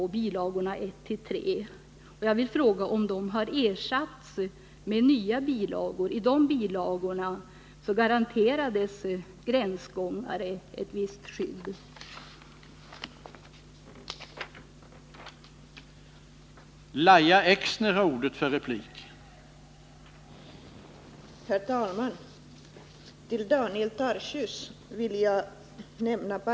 De bilagorna innehöll bestämmelser som garanterade gränsgångare ett visst skydd, och jag vill fråga om dessa bilagor nu har ersatts med nya.